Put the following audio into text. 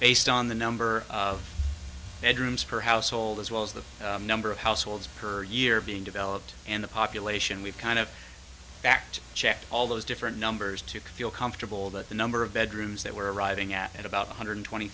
based on the number of bedrooms per household as well as the number of households per year being developed and the population we've kind of fact checked all those different numbers to feel comfortable that the number of bedrooms that were arriving at about one hundred twenty